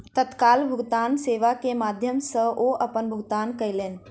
तत्काल भुगतान सेवा के माध्यम सॅ ओ अपन भुगतान कयलैन